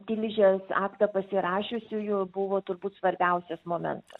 tilžės aktą pasirašiusiųjų buvo turbūt svarbiausias momentas